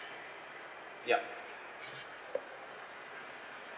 ya